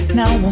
now